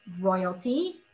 royalty